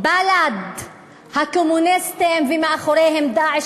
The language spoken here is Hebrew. "בל"ד הקומוניסטים ומאחוריהם 'דאעש'"